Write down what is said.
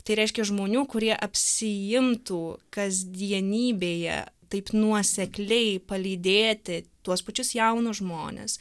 tai reiškia žmonių kurie apsiimtų kasdienybėje taip nuosekliai palydėti tuos pačius jaunus žmones